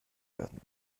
werden